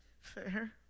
Fair